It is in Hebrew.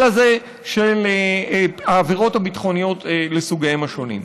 הזה של העבירות הביטחוניות לסוגיהן השונים.